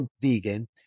vegan